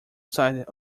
sight